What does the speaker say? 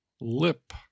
lip